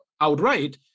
outright